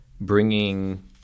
bringing